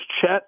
Chet